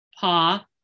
paw